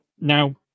now